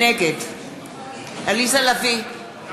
נגד עליזה לביא,